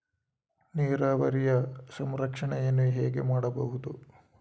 ನೀರಾವರಿಯ ಸಂರಕ್ಷಣೆಯನ್ನು ಹೇಗೆ ಮಾಡಬಹುದು?